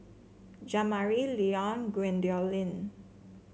Jamari Leon Gwendolyn